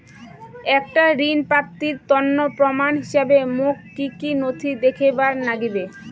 একটা ঋণ প্রাপ্তির তন্ন প্রমাণ হিসাবে মোক কী কী নথি দেখেবার নাগিবে?